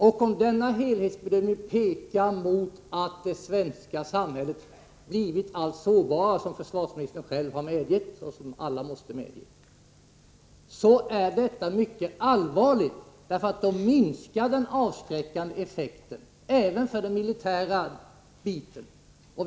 Om denna helhetsbedömning pekar mot att det svenska samhället blivit så sårbart som försvarsministern själv medger och som alla måste medge är det mycket allvarligt, för det minskar den avskräckande effekten även när det gäller den militära delen.